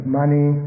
money